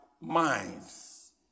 minds